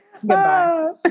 Goodbye